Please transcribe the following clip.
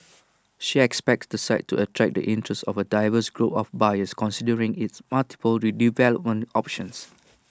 she expects the site to attract the interest of A diverse group of buyers considering its multiple redevelopment options